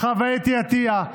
חוה אתי עטייה,